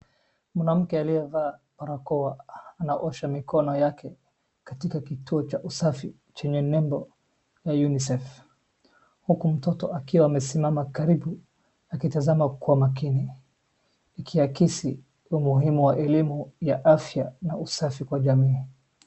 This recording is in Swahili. Mwanamke aliyevaa barakoa anaosha mikono yake katika kituo cha usafi chenye nembo ya UNICEF huku mtoto akiwa amesimama karibu akitazama kwa makini. Ikiakisi umuhimu wa elimu ya afya na usafi kwa jamii.